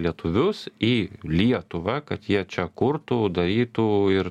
lietuvius į lietuvą kad jie čia kurtų darytų ir